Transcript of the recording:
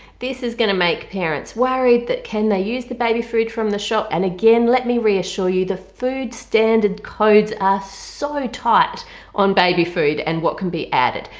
this is going to make parents worried that can they use the baby food from the shop and again let me reassure you the food standard codes are ah so tight on baby food and what can be added.